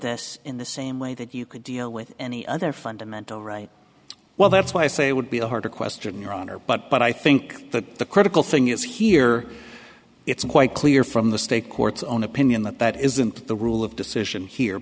this in the same way that you could deal with any other fundamental right well that's why i say it would be hard to question your honor but but i think that the critical thing is here it's quite clear from the state courts own opinion that that isn't the rule of decision